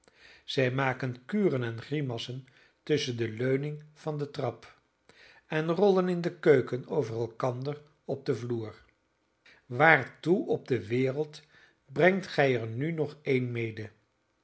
zij maken kuren en grimassen tusschen de leuning van de trap en rollen in de keuken over elkander op den vloer waartoe op de wereld brengt gij er nu nog een mede